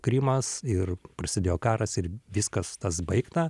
krymas ir prasidėjo karas ir viskas tas baigta